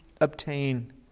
obtain